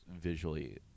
visually